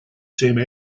same